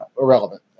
irrelevant